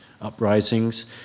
uprisings